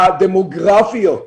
הדמוגרפיות,